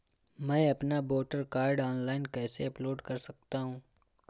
मैं अपना voter card online कैसे अपलोड कर सकता हूँ?